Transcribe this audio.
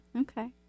Okay